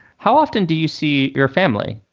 how often do you see your family?